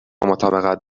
مطابقت